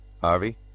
Harvey